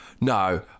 no